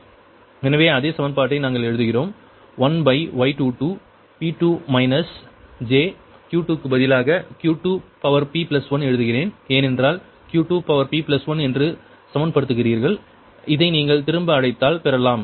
Vc2p11Y22P2 jQ2p1V2p Y21V1 Y23V3p எனவே அதே சமன்பாட்டை நாங்கள் எழுதுகிறோம் 1Y22 P2 minus j Q2 க்கு பதிலாக Q2p1 எழுதுகிறேன் ஏனென்றால் Q2p1 என்று சமன்படுத்துகிறீர்கள் இதை நீங்கள் திரும்ப அழைத்தால் பெறலாம்